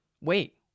Wait